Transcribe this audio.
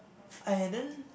I didn't